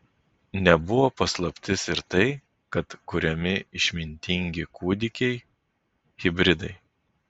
nebuvo paslaptis ir tai kad kuriami išmintingi kūdikiai hibridai